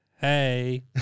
Hey